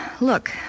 Look